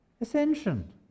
Ascension